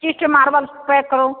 पच्चीस ठो मार्वेल के पैक करो